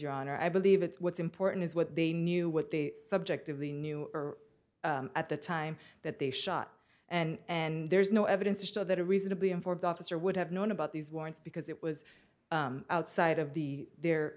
your honor i believe it's what's important is what they knew what the subject of the new at the time that they shot and there's no evidence to that a reasonably informed officer would have known about these warrants because it was outside of the their